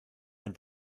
and